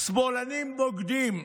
"שמאלנים בוגדים".